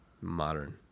Modern